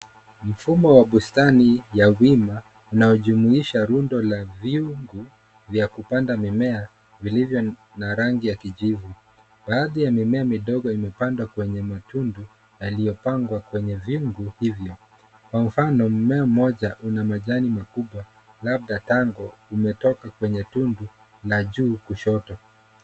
Mfumo wa bustani ya wima unayojumuisha rundo la vyungu vya kupanda mimea vilivyo na rangi ya kijivu. Baadhi ya mimea midogo imepandwa kwenye matundu yaliyopangwa kwenye vyungu hivyo. Kwa mfano mmea mmoja una majani makubwa labda tango umetoka kwenye tundu la juu kushoto.